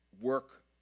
work